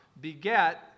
beget